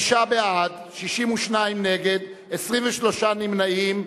שישה בעד, 62 נגד, 23 נמנעים.